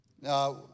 Now